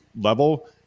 level